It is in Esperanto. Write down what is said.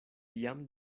jam